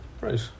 right